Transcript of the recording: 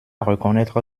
reconnaître